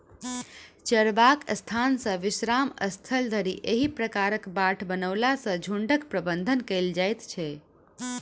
चरबाक स्थान सॅ विश्राम स्थल धरि एहि प्रकारक बाट बनओला सॅ झुंडक प्रबंधन कयल जाइत छै